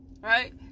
Right